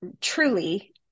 truly